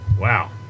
Wow